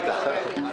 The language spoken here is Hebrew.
הכספים?